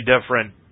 different